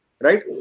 right